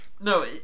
No